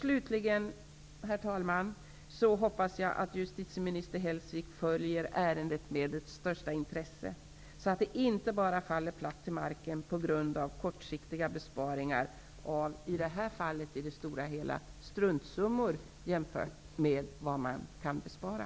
Slutligen, herr talman, hoppas jag att justitieminister Hellsvik följer ärendet med största intresse. Det hela får inte falla platt till marken på grund av kortsiktiga besparingar. I det här fallet gäller det, i det stora hela, struntsummor jämfört med vad man kan spara.